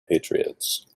patriots